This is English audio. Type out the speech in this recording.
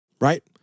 Right